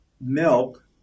milk